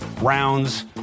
rounds